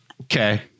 Okay